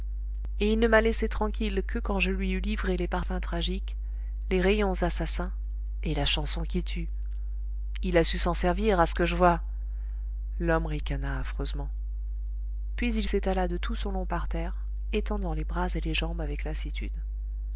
et il ne m'a laissé tranquille que quand je lui eus livré les parfums tragiques les rayons assassins et la chanson qui tue il a su s'en servir à ce que je vois l'homme ricana affreusement puis il s'étala de tout son long par terre étendant les bras et les jambes avec lassitude